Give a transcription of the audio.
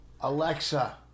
Alexa